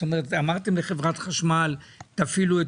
זאת אומרת אמרתם לחברת חשמל: תפעילו את